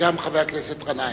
וגם חבר הכנסת גנאים.